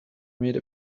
made